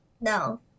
No